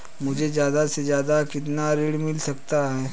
मुझे ज्यादा से ज्यादा कितना ऋण मिल सकता है?